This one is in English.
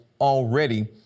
already